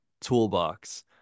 toolbox